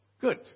Good